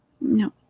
No